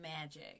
magic